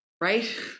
right